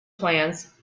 plans